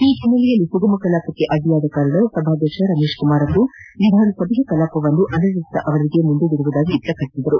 ಈ ಹಿನ್ನೆಲೆಯಲ್ಲಿ ಸುಗಮ ಕಲಾಪಕ್ಕೆ ಅಡ್ಡಿಯಾದ ಕಾರಣ ಸಭಾಧ್ಯಕ್ಷ ರಮೇಶ್ ಕುಮಾರ್ ವಿಧಾನಸಭೆಯ ಕಲಾಪವನ್ನು ಅನಿದಿಷ್ಟಅವಧಿಗೆ ಮುಂದೂಡಿರುವುದಾಗಿ ಪ್ರಕಟಿಸಿದರು